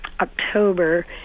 October